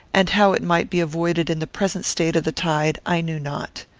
and how it might be avoided in the present state of the tide, i knew not.